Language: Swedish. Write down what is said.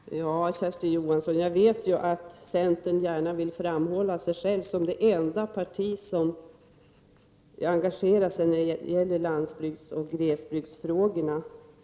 Fru talman! Ja, Kersti Johansson, jag vet ju att centern gärna vill framhålla sig själv som det enda parti som engagerar sig när det gäller landsbygdsoch glesbygdsfrågorna.